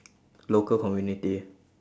local community